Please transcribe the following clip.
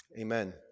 Amen